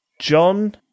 John